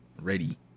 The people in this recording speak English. ready